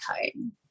home